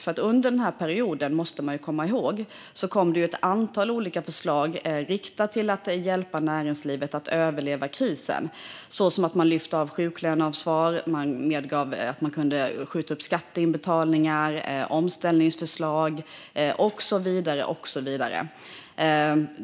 Man måste nämligen komma ihåg att det under denna period kom ett antal olika förslag för att hjälpa näringslivet att överleva krisen. Det handlade om att lyfta av sjuklöneansvar och medge uppskjutande av skatteinbetalningar. Det handlade också om omställningsförslag och så vidare.